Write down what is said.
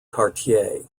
cartier